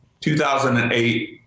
2008